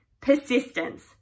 persistence